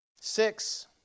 Six